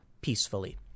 peacefully